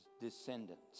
descendants